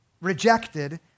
rejected